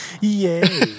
Yay